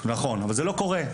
אנחנו, כרשות,